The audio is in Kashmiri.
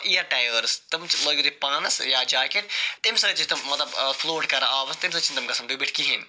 اِیَر ٹَیٲرس تِم لٲگِو تُہۍ پانَس یا جاکیٚٹ تَمہِ سۭتۍ چھِ تِم مَطلَب فٕلوٹ کران آبَس تَمہِ سۭتۍ چھِنہٕ تِم گَژھان ڈُبِتھ کِہیٖنۍ